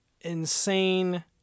insane